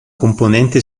componente